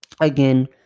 Again